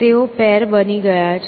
તેઓ પેર બની ગયા છે